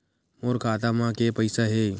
मोर खाता म के पईसा हे?